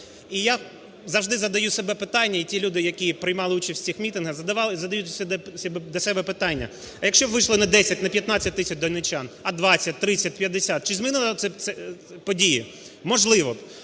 І я завжди задаю собі питання і ті люди, які приймали участь у цих мітингах задають для себе питання: а якщо б вийшло не 10, не 15 тисяч донеччан, а 20, 30, 50, чи змінились ці події? Можливо.